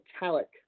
metallic